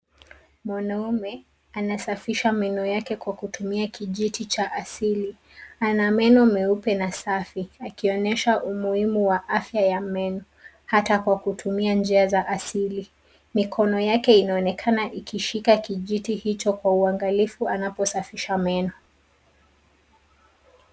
Mwanaume anasafisha meno yake kwa kutumia kijiti cha asili. Ana meno meupe na safi. Akionyesha umuhimu wa afya ya meno hata kwa kutumia njia za asili, mikono yake inaonekana ikishika kijiti hicho kwa uangalifu anaposafisha meno.